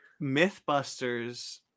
MythBusters